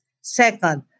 Second